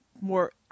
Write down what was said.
more